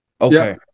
Okay